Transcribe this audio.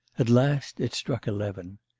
at last it struck eleven.